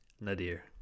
nadir